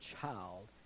child